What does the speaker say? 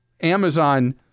amazon